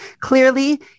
clearly